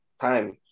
time